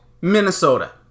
Minnesota